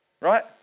right